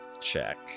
check